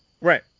Right